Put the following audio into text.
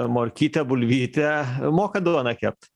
morkytę bulvytę mokat duoną kept